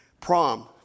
prom